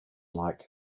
like